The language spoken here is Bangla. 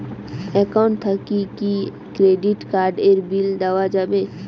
একাউন্ট থাকি কি ক্রেডিট কার্ড এর বিল দেওয়া যাবে?